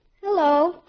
Hello